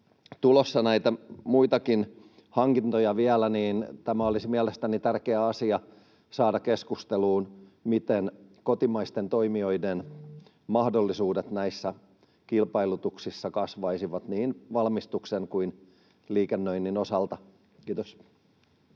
tulossa näitä muitakin hankintoja vielä, niin tämä olisi mielestäni tärkeä asia saada keskusteluun, että miten kotimaisten toimijoiden mahdollisuudet näissä kilpailutuksissa kasvaisivat niin valmistuksen kuin liikennöinnin osalta. — Kiitos.